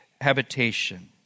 Habitation